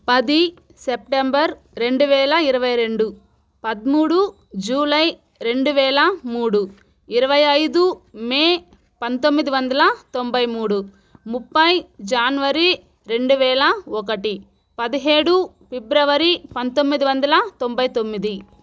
పది సెప్టెంబర్ రెండు వేల ఇరవై రెండు పదమూడు జూలై రెండు వేల మూడు ఇరవై ఐదు మే పంతొమ్మిది వందల తొంభై మూడు ముప్పై జనవరి రెండు వేల ఒకటి పదిహేడు ఫిబ్రవరి పంతొమ్మిది వందల తొంభై తొమ్మిది